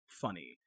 funny